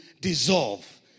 dissolve